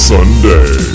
Sunday